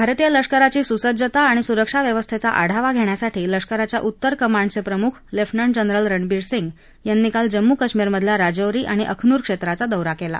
भारतीय लष्कराची सुसज्जता आणि सुरक्षा व्यवस्थेचा आढावा घेण्यासाठी लष्कराच्या उत्तर कमांडचे प्रमुख लेफ्टनंट जनरल रणबीर सिंह यांनी काल जम्मू काश्मीर मधल्या राजौरी आणि अखनूर क्षेत्राचा दौरा केला